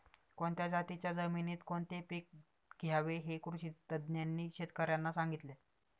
कोणत्या जातीच्या जमिनीत कोणते पीक घ्यावे हे कृषी तज्ज्ञांनी शेतकर्यांना सांगितले